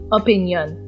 opinion